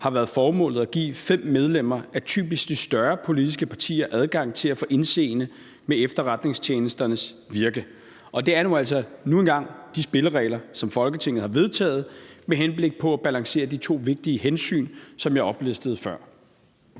har været formålet at give fem medlemmer af typisk de større politiske partier adgang til at få indseende med efterretningstjenesternes virke. Det er jo altså nu engang de spilleregler, som Folketinget har vedtaget med henblik på at balancere de to vigtige hensyn, som jeg oplistede før.